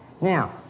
Now